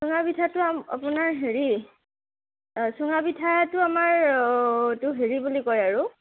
চুঙা পিঠাটো আপোনাৰ হেৰি চুঙা পিঠাটো আমাৰ এইটো হেৰি বুলি কয় আৰু